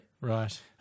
Right